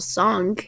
song